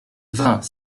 vingt